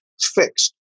fixed